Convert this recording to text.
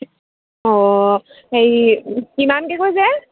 অঁ হেৰি কিমানকৈ কৈছে